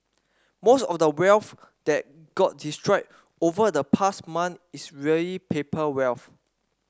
most of the wealth that got destroyed over the past month is really paper wealth